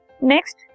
Next